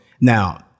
now